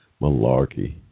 malarkey